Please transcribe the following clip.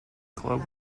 club